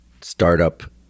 startup